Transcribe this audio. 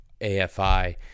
AFI